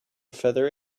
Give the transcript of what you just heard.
feather